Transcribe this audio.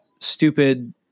stupid